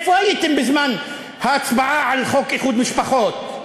איפה הייתם בזמן ההצבעה על חוק איחוד משפחות?